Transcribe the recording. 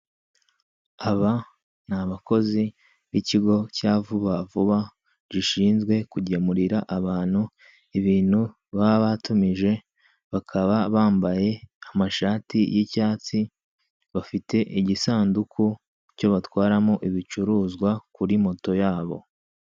Aba ni abakozi b'ikigo cya Vuba Vuba, gishinzwe kugemurira abantu ibintu baba batumije, bakaba bambaye amashati y'icyatsi, bafite igisanduku cyo batwara mo ibicuruzwa kuri moto yabo.